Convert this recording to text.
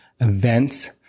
events